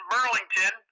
Burlington